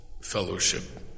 fellowship